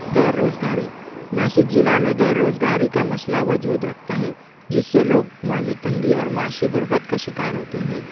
غیر روزگاری ناسک ضلع میں غیر روزگاری کا مسئلہ وجود رکھتا ہے جس سے لوگ مالی تنگی اور معاشی غربت کا شکار ہوتے ہیں